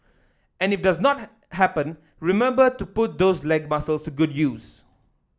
and if it does not happen remember to put those leg muscles good use